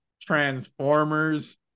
transformers